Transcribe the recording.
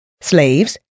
slaves